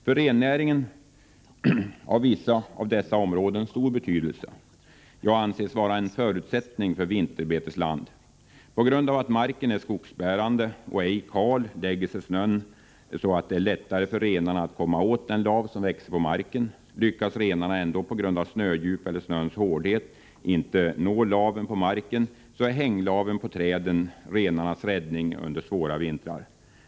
För rennäringen har vissa av dessa områden stor betydelse — de anses t.o.m. vara en förutsättning som vinterbetesland. På grund av att marken är skogsbärande och ej kal lägger sig snön så att det är lättare för renarna att komma åt den lav som växer på marken. Lyckas renarna ändå på grund av snödjup eller snöns hårdhet inte nå laven på marken är hänglaven på träden renarnas räddning under svåra vintrar.